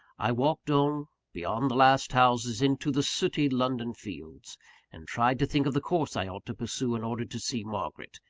i walked on, beyond the last houses, into the sooty london fields and tried to think of the course i ought to pursue in order to see margaret,